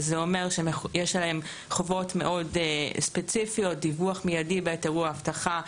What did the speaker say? וזה אומר שיש עליהם חובות מאוד ספציפיות דיווח מידי בעת אירוע אבטחה,